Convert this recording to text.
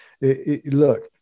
Look